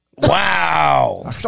Wow